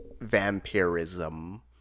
vampirism